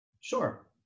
Sure